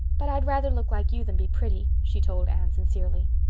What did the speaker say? but i'd rather look like you than be pretty, she told anne sincerely.